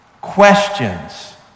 questions